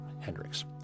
Hendrix